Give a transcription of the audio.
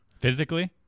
Physically